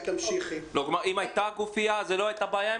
אם הייתה גופיה זו לא הייתה בעיה?